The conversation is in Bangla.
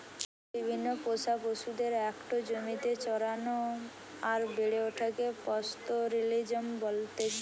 বিভিন্ন পোষা পশুদের একটো জমিতে চরানো আর বেড়ে ওঠাকে পাস্তোরেলিজম বলতেছে